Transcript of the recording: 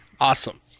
Awesome